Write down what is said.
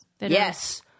Yes